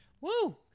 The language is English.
Woo